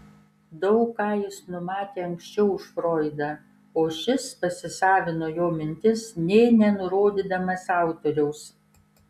daug ką jis numatė anksčiau už froidą o šis pasisavino jo mintis nė nenurodydamas autoriaus